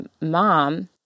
mom